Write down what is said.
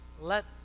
let